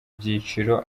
byiciro